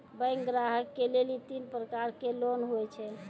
Bank ग्राहक के लेली तीन प्रकर के लोन हुए छै?